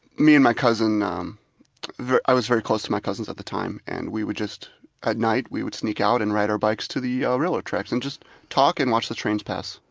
me and my cousin um i was very close to my cousins at the time, and we would just at night we would sneak out and ride our bikes to the railroad tracks and just talk and watch the trains pass.